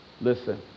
Listen